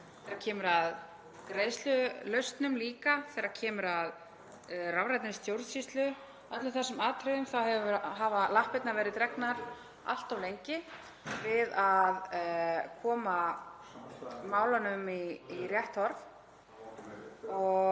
þegar kemur að greiðslulausnum líka, þegar kemur að rafrænni stjórnsýslu, öllum þessum atriðum, hafa lappirnar verið dregnar allt of lengi við að koma málunum í rétt horf.